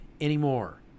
anymore